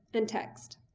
and text.